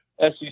SEC